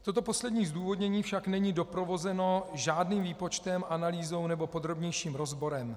Toto poslední zdůvodnění však není doprovázeno žádným výpočtem, analýzou nebo podrobnějším rozborem.